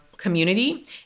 community